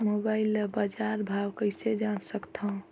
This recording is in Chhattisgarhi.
मोबाइल म बजार भाव कइसे जान सकथव?